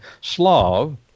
slav